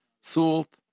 salt